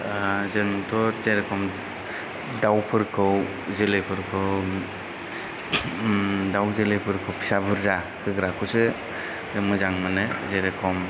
आ जोंथ' जेरख'म दाउफोरखौ जोलैफोरखौ दाउ जोलैफोरखौ फिसा बुरजा होग्राखौसो मोजां मोनो जेरख'म